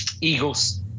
Eagles